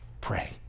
pray